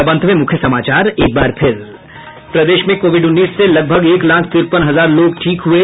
और अब अंत में मुख्य समाचार एक बार फिर प्रदेश में कोविड उन्नीस से लगभग एक लाख तिरपन हजार लोग ठीक हुये